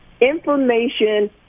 Information